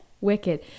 wicked